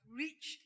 reach